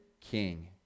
king